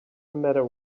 matter